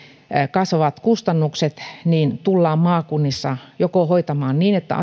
kasvavat kustannukset tullaan maakunnissa hoitamaan joko niin että